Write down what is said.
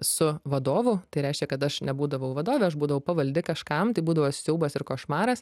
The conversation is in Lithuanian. su vadovu tai reiškia kad aš nebūdavau vadove aš būdavau pavaldi kažkam tai būdavo siaubas ir košmaras